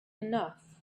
enough